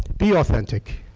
be authentic